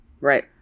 right